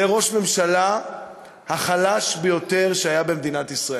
זה ראש הממשלה החלש ביותר שהיה במדינת ישראל.